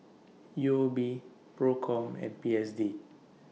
U O B PROCOM and P S D